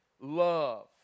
love